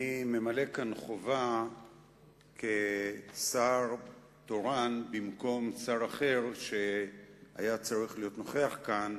אני ממלא כאן חובה כשר תורן במקום שר אחר שהיה צריך להיות נוכח כאן,